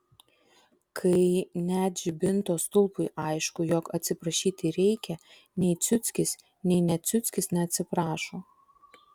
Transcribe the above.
kai net žibinto stulpui aišku jog atsiprašyti reikia nei ciuckis nei ne ciuckis neatsiprašo